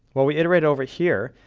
well, we iterate over here,